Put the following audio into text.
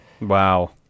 Wow